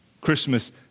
Christmas